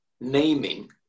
naming